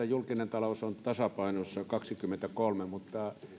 julkinen talous on tasapainossa vuonna kaksikymmentäkolme mutta